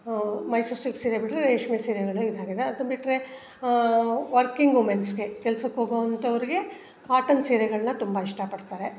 Mysuru silk ಸೀರೆ ಬಿಟ್ಟರೆ ರೇಷ್ಮೆ ಸೀರೆಗಳೇ ಇದಾಗಿದೆ ಅದನ್ನ ಬಿಟ್ಟರೆ ವರ್ಕಿಂಗ್ ವುಮೆನ್ಸ್ಗೆ ಕೆಲ್ಸಕ್ಕೆ ಹೋಗೋ ಅಂಥವ್ರಿಗೆ ಕಾಟನ್ ಸೀರೆಗಳನ್ನ ತುಂಬ ಇಷ್ಟಪಡ್ತಾರೆ